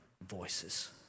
voices